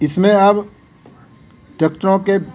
इसमें अब ट्रैक्टरों के